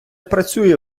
працює